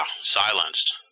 silenced